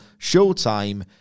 showtime